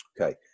Okay